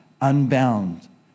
unbound